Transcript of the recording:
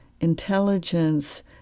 intelligence